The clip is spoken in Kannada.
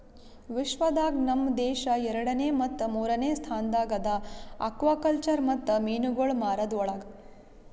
ವಿಶ್ವ ದಾಗ್ ನಮ್ ದೇಶ ಎರಡನೇ ಮತ್ತ ಮೂರನೇ ಸ್ಥಾನದಾಗ್ ಅದಾ ಆಕ್ವಾಕಲ್ಚರ್ ಮತ್ತ ಮೀನುಗೊಳ್ ಮಾರದ್ ಒಳಗ್